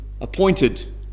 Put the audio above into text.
appointed